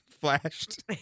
flashed